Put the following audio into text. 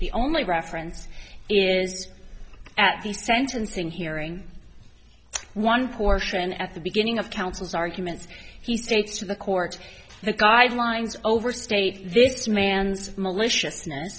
the only reference is at the sentencing hearing one portion at the beginning of counsel's arguments he states to the court the guidelines overstate this man's malicious